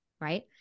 right